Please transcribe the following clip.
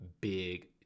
big